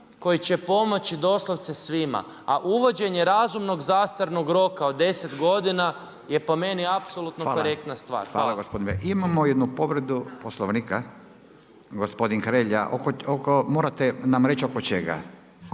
koji će pomoći doslovce svima. A uvođenje razumnog zastarnog roka od 10 godina, je po meni apsolutno korektna stvar. **Radin, Furio (Nezavisni)** Hvala, hvala gospodine. Imamo jednu povredu Poslovnika, gospodin Hrelja. Morate nam reći oko čega?